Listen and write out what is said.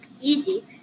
easy